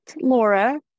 Laura